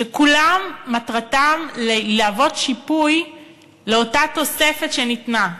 שכולו מטרתו להוות שיפוי לאותה תוספת שניתנה,